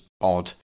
odd